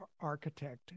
architect